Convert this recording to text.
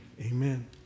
amen